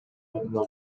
ордуна